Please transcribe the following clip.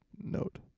note